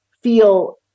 feel